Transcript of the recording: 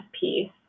piece